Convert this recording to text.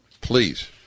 Please